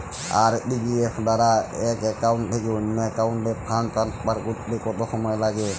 RTGS দ্বারা এক account থেকে অন্য একাউন্টে ফান্ড ট্রান্সফার করতে কত সময় লাগে?